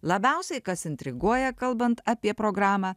labiausiai kas intriguoja kalbant apie programą